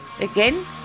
Again